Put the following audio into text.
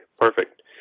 perfect